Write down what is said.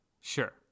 sure